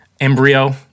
embryo